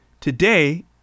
Today